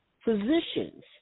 physicians